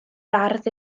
ardd